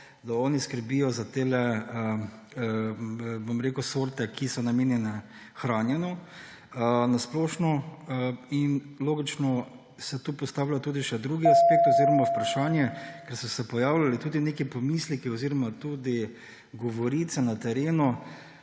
da oni skrbijo za te sorte, ki so namenjene hranjenju na splošno. Logično se tu postavlja tudi še drugi aspekt oziroma vprašanje, ker so se pojavljali tudi neki pomisleki oziroma tudi govorice na terenu,